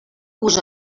vos